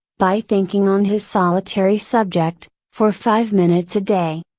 by thinking on his solitary subject, for five minutes a day.